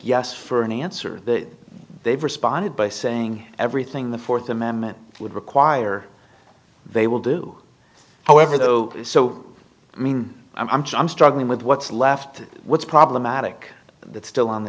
yes for an answer that they've responded by saying everything the fourth amendment would require they will do however though so i mean i'm just struggling with what's left what's problematic that's still on the